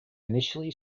initially